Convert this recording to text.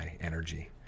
energy